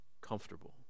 comfortable